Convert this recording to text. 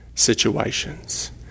situations